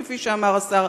כמו שאמר השר,